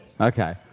Okay